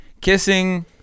Kissing